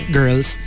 girls